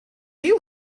you